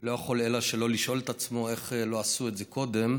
לא יכול שלא לשאול את עצמו איך לא עשו את זה קודם.